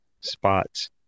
spots